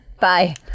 Bye